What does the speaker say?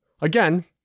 again